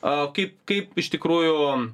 a kaip kaip iš tikrųjų